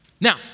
Now